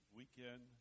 weekend